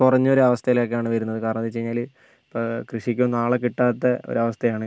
കുറഞ്ഞൊരു അവസ്ഥയിലേക്കാണ് വരുന്നത് കാരണെന്താന്ന് വെച്ച് കഴിഞ്ഞാൽ ഇപ്പം കൃഷിക്കൊന്നും ആളെ കിട്ടാത്ത ഒരവസ്ഥയാണ്